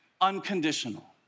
unconditional